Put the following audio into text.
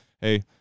hey